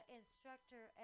instructor